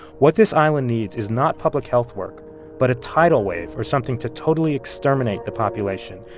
what this island needs is not public health work but a tidal wave or something to totally exterminate the population.